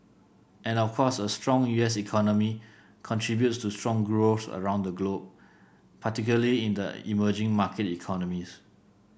and of course a strong U S economy contributes to strong growth around the globe particularly in the emerging market economies